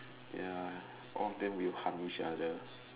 ya all of them will harm each other